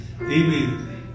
Amen